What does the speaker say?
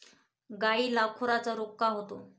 गायीला खुराचा रोग का होतो?